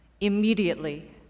immediately